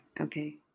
Okay